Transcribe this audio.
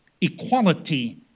equality